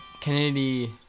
Kennedy